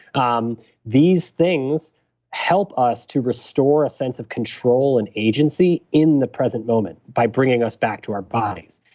um these things help us to restore a sense of control and agency in the present moment, by bringing us back to our bodies.